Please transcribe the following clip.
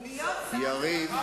הם יושבים אתך בממשלה,